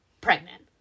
Pregnant